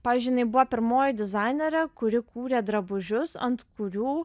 pavyzdžiui jinai buvo pirmoji dizainerė kuri kūrė drabužius ant kurių